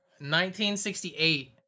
1968